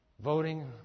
voting